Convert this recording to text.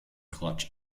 clutch